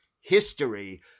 history